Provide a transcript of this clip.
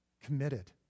committed